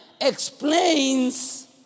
explains